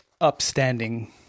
upstanding